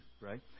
right